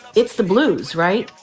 it's the blues, right?